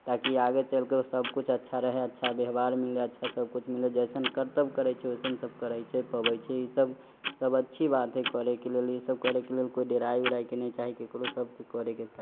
ताकी आगे चलके सबकुछ अच्छा रहे अच्छा व्यवहार मिले अच्छा सबकुछ मिले जैसन कर्तव्य करै छै वैसन सब करै छै पबै छै ईसब सब अच्छी बात है करै के लेल ईसब करै के लेल कोइ डेराइ वेराइ के नै चाही केकरो सबके करे के चाही